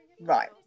Right